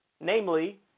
Namely